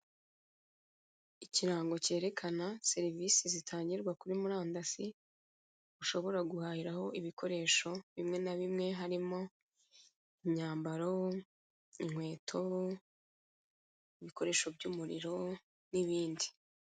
Ikirango kerekana serivise zitangirwa kuri muramdasi ushobora guhahiraho ibikoresho bimwe na bimwe harimo imuyambaro, inkweto, ibikoresho by'umuriro n'ibindi.